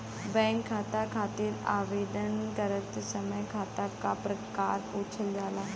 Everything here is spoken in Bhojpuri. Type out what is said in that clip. बैंक खाता खातिर आवेदन करत समय खाता क प्रकार पूछल जाला